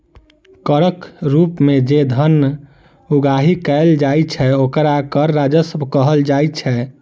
करक रूप मे जे धन उगाही कयल जाइत छै, ओकरा कर राजस्व कहल जाइत छै